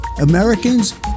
Americans